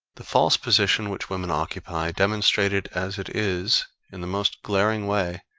the false position which women occupy, demonstrated as it is, in the most glaring way,